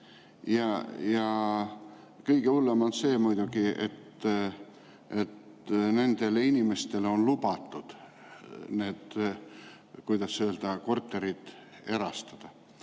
Kõige hullem on muidugi see, et nendele inimestele on lubatud need, kuidas öelda, korterid erastada.